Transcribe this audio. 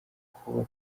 kuba